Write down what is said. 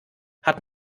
hat